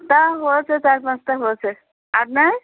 তা হয়েচে চার পাঁচটা হয়েছে আপনার